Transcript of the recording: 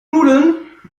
nudeln